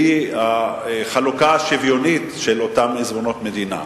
והוא החלוקה השוויונית של אותם עיזבונות מדינה.